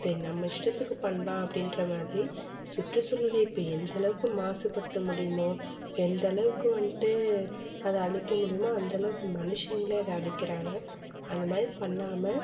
சரி நம்ம இஷ்டத்துக்கு பண்ணலாம் அப்படின்ற மாதிரி சுற்றுசூழலை இப்போ எந்த அளவுக்கு மாசுபடுத்த முடியுமோ எந்த அளவுக்கு வந்துட்டு அதை அழிக்க முடியுமோ அந்த அளவுக்கு மனுஷங்களே அதை அழிக்கிறாங்க அந்த மாதிரி பண்ணாமல்